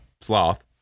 Sloth